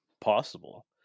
possible